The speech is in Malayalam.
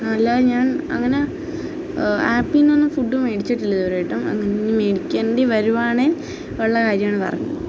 അല്ലാതെ ഞാന് അങ്ങനെ ആപ്പിൽനിന്ന് ഒന്നും ഫുഡ് മേടിച്ചിട്ടില്ല ഇതുവരെയായിട്ടും ഇനി മേടിക്കേണ്ടി വരികയാണെങ്കിൽ ഉള്ള കാര്യമാണ് പറഞ്ഞത്